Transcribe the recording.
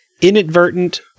inadvertent